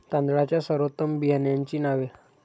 तांदळाच्या सर्वोत्तम बियाण्यांची नावे?